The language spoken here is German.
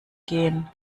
gehen